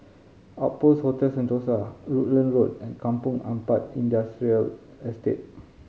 Outpost Hotel Sentosa Rutland Road and Kampong Ampat Industrial Estate